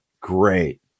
great